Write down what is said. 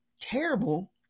terrible